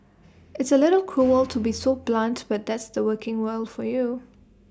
it's A little cruel to be so blunt but that's the working world for you